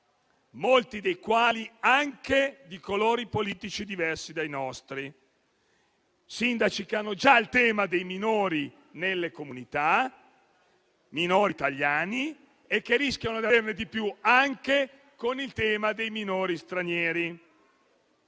molti dei quali anche di colori politici diversi dai nostri. Sindaci che hanno già il problema dei minori nelle comunità, minori italiani, e che rischiano di averne anche di più con la presenza dei minori stranieri.